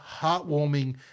heartwarming